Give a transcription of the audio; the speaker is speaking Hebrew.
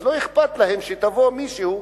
לא אכפת להם שתבוא מישהי,